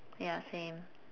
ya same